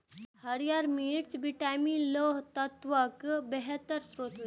हरियर मिर्च विटामिन, लौह तत्वक बेहतर स्रोत होइ छै